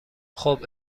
خوب